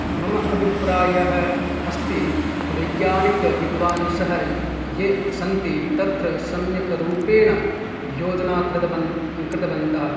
मम अभिप्रायः अस्ति कि वैज्ञानिकविद्वांसः ये सन्ति तत्र सम्यक् रूपेण योजना कृतवन् कृतवन्तः